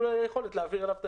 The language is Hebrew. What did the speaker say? היא מוטיבציה מאוד חזקה.